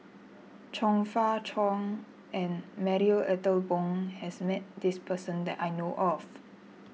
Chong Fah Cheong and Marie Ethel Bong has met this person that I know of